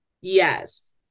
Yes